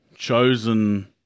chosen